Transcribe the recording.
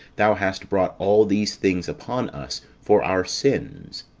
thou hast brought all these things upon us for our sins.